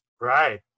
Right